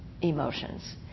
emotions